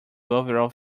overall